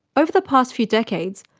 over the past few decades,